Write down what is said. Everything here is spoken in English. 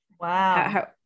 wow